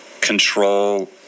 control